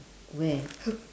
where